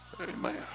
Amen